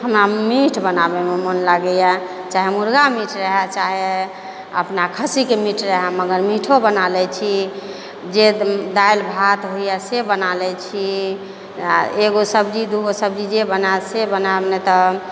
हमरा मीट बनाबैमे मोन लागैए चाहे मुर्गा मीट रहै चाहे अपना खस्सीके मीट रहै मगर मीटो बना लै छी जे दालि भात होइए से बना लै छी एगो सब्जी दूगो सब्जी जे बनाएब से बनाएब नहि तऽ